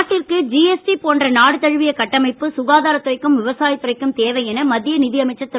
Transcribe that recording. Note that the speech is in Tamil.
நாட்டிற்கு ஜிஎஸ்டி போன்ற நாடு தழுவிய கட்டமைப்பு சுகாதாரத்துறைக்கும் விவசாயத்துறைக்கும் தேவை என மத்திய நிதியமைச்சர் திரு